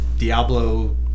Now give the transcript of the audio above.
Diablo